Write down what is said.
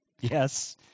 Yes